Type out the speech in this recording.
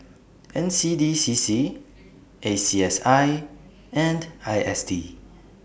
N C D C C A C S I and I S D